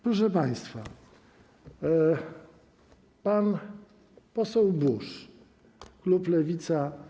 Proszę państwa, pan poseł Buż, klub Lewica.